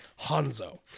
Hanzo